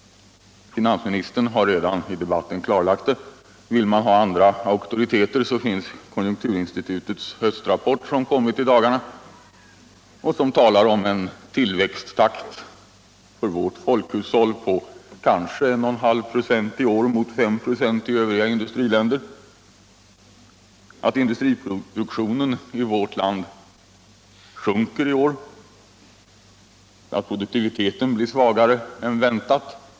Finansministern har redan i debatten klargjort det. Vill man ha andra auktoriteter finns konjunkturinstitutets höstrapport, som har kommit i dagarna och som talar om en tillväxttakt för vårt folkhushåll på kanske 145 ”. i år mot 5 ”a i övriga industriländer, om att industriproduktionen i vårt land sjunker i år. om att produktiviteten blir svagare än väntat.